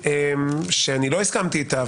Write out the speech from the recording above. שאני לא הסכמתי איתה,